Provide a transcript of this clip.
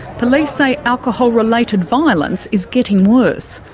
police say alcohol-related violence is getting worse.